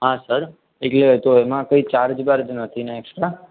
હા સર એટલે એ તો એમાં કંઈ ચાર્જ બાર્જ નથી ને એક્સટ્રા